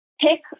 pick